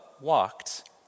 walked